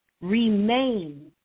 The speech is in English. Remain